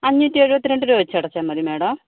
അഞ്ഞൂറ്റെഴുപത്തിരണ്ട് രൂപ വെച്ച് അടച്ചാൽ മതി മാഡം